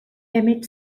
emit